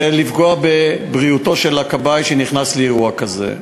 זה לפגוע בבריאותו של הכבאי שנכנס לאירוע כזה.